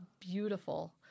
beautiful